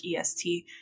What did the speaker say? EST